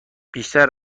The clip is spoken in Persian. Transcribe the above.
بیشتر